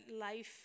life